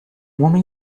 homem